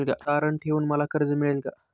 तारण ठेवून मला कर्ज मिळेल का?